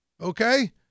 okay